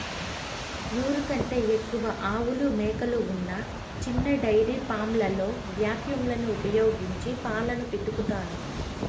నూరు కంటే ఎక్కువ ఆవులు, మేకలు ఉన్న చిన్న డెయిరీ ఫామ్లలో వాక్యూమ్ లను ఉపయోగించి పాలను పితుకుతారు